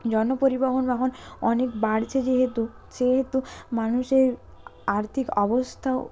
জন পরিবহণ এখন অনেক বাড়ছে যেহেতু সেহেতু মানুষের আর্থিক অবস্থাও